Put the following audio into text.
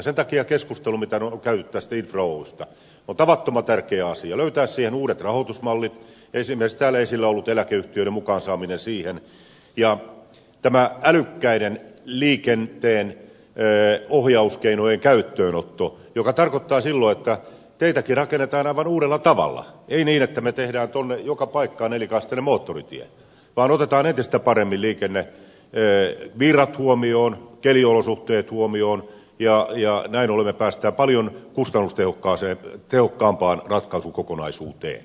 sen takia keskustelu mitä on käyty infra oystä on tavattoman tärkeä asia löytää siihen uudet rahoitusmallit esimerkiksi täällä esillä ollut eläkeyhtiöiden mukaan saaminen siihen ja tämä älykkäiden liikenteen ohjauskeinojen käyttöönotto joka tarkoittaa silloin että teitäkin rakennetaan aivan uudella tavalla ei niin että me teemme tuonne joka paikkaan nelikaistaisen moottoritien vaan otetaan entistä paremmin liikennevirrat huomioon keliolosuhteet huomioon ja näin ollen me pääsemme paljon kustannustehokkaampaan ratkaisukokonaisuuteen